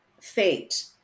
fate